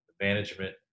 management